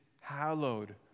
hallowed